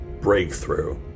Breakthrough